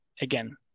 again